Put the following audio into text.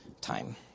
time